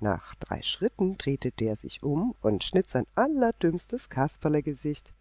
nach drei schritten drehte der sich um und schnitt sein allerdümmstes kasperlegesicht